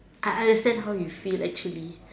I understand how you feel actually